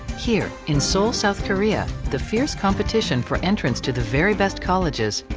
here, in seoul, south korea, the fierce competition for entrance to the very best colleges,